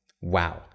Wow